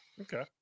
Okay